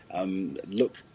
look